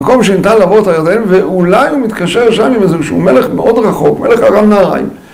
מקום שניתן לבוא את ה... ואולי הוא מתקשר שם עם איזה שהוא מלך מאוד רחוק, מלך ארם נהרים.